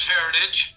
heritage